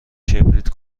کبریت